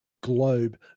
globe